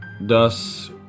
thus